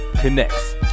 Connects